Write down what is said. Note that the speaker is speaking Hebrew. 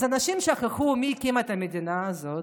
אז אנשים שכחו מי הקים את המדינה הזאת,